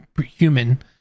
human